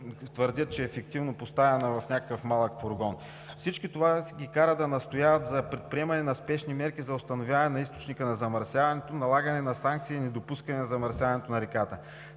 твърдят, че е фиктивно поставена в някакъв малък фургон. Всичко това ги кара да настояват за предприемане на спешни мерки за установяване на източника на замърсяването, налагането на санкции и недопускане на замърсяването на реката;